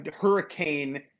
hurricane